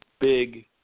big –